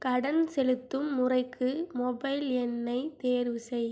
கடன் செலுத்தும் முறைக்கு மொபைல் எண்ணைத் தேர்வுசெய்